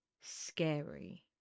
scary